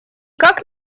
как